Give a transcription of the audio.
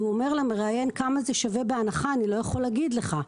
הוא אומר למראיין: כמה זה שווה בהנחה אני לא יכול להגיד לך.